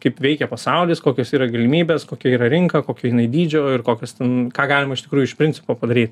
kaip veikia pasaulis kokios yra galimybės kokia yra rinka kokio jinai dydžio ir kokios ten ką galima iš tikrųjų iš principo padaryt